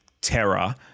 terror